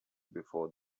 before